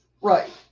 right